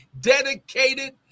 dedicated